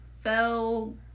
fell